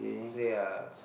say I